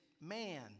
man